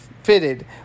fitted